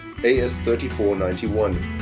AS3491